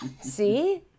See